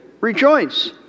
Rejoice